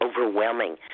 overwhelming